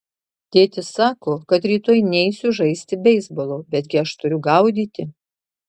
tėtis sako kad rytoj neisiu žaisti beisbolo betgi aš turiu gaudyti